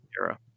era